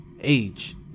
Age